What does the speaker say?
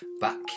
Back